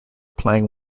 playing